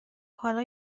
حالا